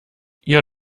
ihr